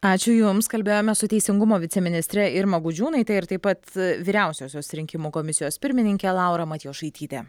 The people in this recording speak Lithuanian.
ačiū jums kalbėjome su teisingumo viceministre irma gudžiūnaite ir taip pat vyriausiosios rinkimų komisijos pirmininke laura matjošaityte